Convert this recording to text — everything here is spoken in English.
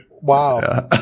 Wow